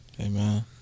Amen